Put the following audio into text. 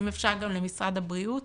אם אפשר גם למשרד הבריאות.